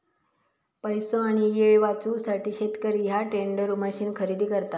पैसो आणि येळ वाचवूसाठी शेतकरी ह्या टेंडर मशीन खरेदी करता